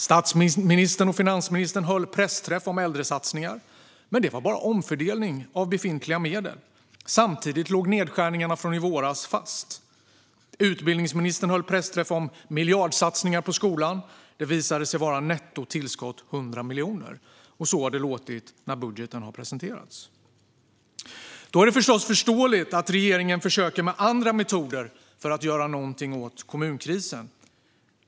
Statsministern och finansministern höll pressträff om äldresatsningar, men det var bara omfördelning av befintliga medel. Samtidigt låg nedskärningarna från i våras fast. Utbildningsministern höll pressträff om miljardsatsningar på skolan. Det visade sig vara ett nettotillskott på 100 miljoner. Så har det låtit när budgeten har presenterats. Då är det förstås förståeligt att regeringen med andra metoder försöker göra någonting åt kommunkrisen.